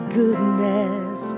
goodness